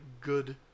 good